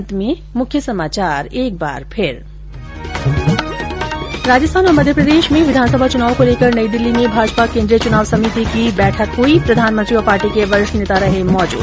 अंत में मुख्य समाचार एक बार फिर राजस्थान और मध्य प्रदेश में विधानसभा चुनाव को लेकर नई दिल्ली में भाजपा केन्द्रीय चुनाव समिति की हुई बैठक प्रधानमंत्री ओर पार्टी के वरिष्ठ नेता रहे मौजूद